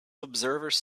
observers